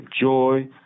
joy